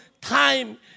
time